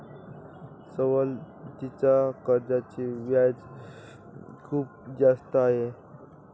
सवलतीच्या कर्जाचे व्याज खूप जास्त होते